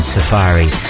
Safari